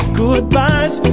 goodbyes